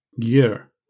gear